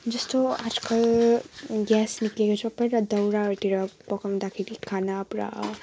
जस्तो आजकल ग्यास निक्लेको छ पहिला दाउराहरू तिर पकाउँदाखेरि खाना पुरा